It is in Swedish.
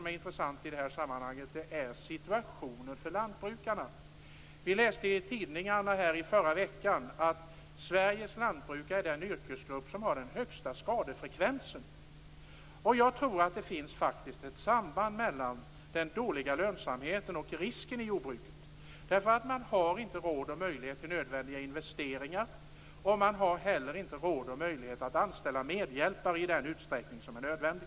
Jag tror faktiskt att det finns ett samband mellan den dåliga lönsamheten och risken i jordbruket, därför att man inte har råd och möjlighet till nödvändiga investeringar. Man har heller inte råd och möjlighet att anställa medhjälpare i den utsträckning som är nödvändig.